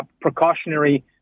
precautionary